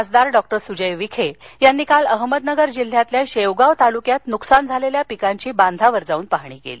खासदार डॉ सूजय विखे यांनी काल अहमदनगर जिल्ह्यातल्या शेक्गाव तालुक्यात नुकसान झालेल्या पिकांची बांधावर जाऊन पाहणी केली